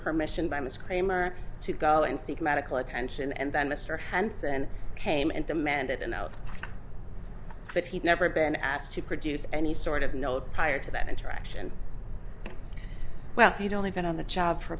permission by ms kramer to go and seek medical attention and then mr henson came and demanded an oath but he never i've been asked to produce any sort of no prior to that interaction well he'd only been on the job for